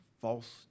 False